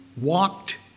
walked